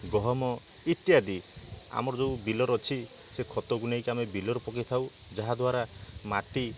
ଗହମ ଇତ୍ୟାଦି ଆମର ଯେଉଁ ବିଲର ଅଛି ସେ ଖତକୁ ନେଇକି ଆମେ ବିଲରେ ପକେଇ ଥାଉ ଯାହାଦ୍ବାରା ମାଟି